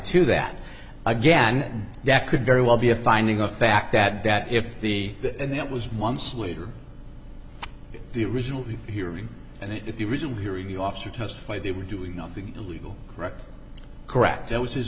to that again that could very well be a finding of fact that that if the and that was months later the original hearing and if the original hearing the officer testified they were doing nothing illegal correct correct that was his